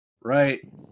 Right